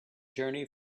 journey